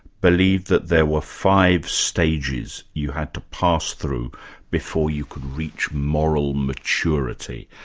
believed that there were five stages you had to pass through before you could reach moral maturity,